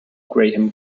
graham